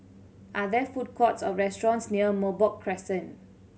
are there food courts or restaurants near Merbok Crescent